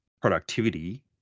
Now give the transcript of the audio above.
productivity